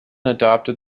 adopted